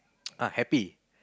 ah happy